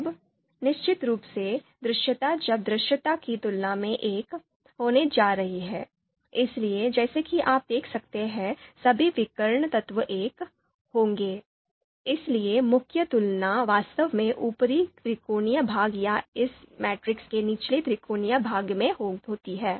अब निश्चित रूप से दृश्यता जब दृश्यता की तुलना में 1 होने जा रही है इसलिए जैसा कि आप देख सकते हैं सभी विकर्ण तत्व 1 होंगे इसलिए मुख्य तुलना वास्तव में ऊपरी त्रिकोणीय भाग या इस मैट्रिक्स के निचले त्रिकोणीय भाग में होती है